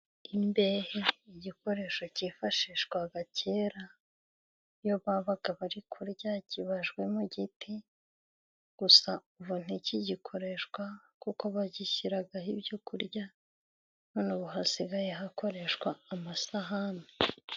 Imbehe, igikoresho cyifashishwaga kera iyo babaga bari kurya kibajwe mu giti, gusa ubu ntikigikoreshwa kuko bagishyiragaho ibyo kurya, none ubu hasigaye hakoreshwa amasahani.